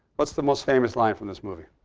what's the most famous line from this movie?